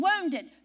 wounded